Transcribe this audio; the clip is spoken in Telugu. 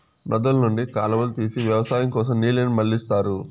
నదుల నుండి కాలువలు తీసి వ్యవసాయం కోసం నీళ్ళను మళ్ళిస్తారు